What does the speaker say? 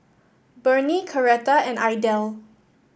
Burney Coretta and Idell